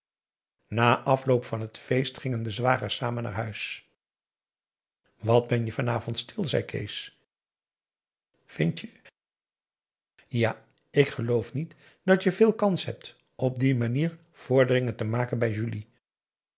na afloop van het feest gingen de zwagers samen naar huis wat ben je vanavond stil zei kees vindt je ja ik geloof niet dat je veel kans hebt op die manier vorderingen te maken bij julie